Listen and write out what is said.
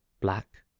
black